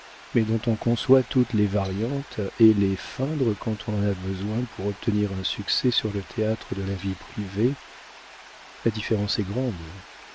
mais dont on conçoit toutes les variantes et les feindre quand on en a besoin pour obtenir un succès sur le théâtre de la vie privée la différence est grande